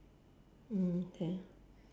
mm K